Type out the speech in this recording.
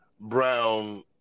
Brown